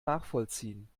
nachvollziehen